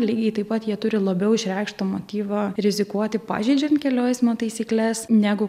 lygiai taip pat jie turi labiau išreikštą motyvą rizikuoti pažeidžiant kelių eismo taisykles negu